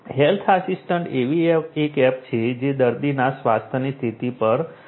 health assistant એવી એક app છે જે દર્દીના સ્વાસ્થ્યની સ્થિતિ પર નજર રાખે છે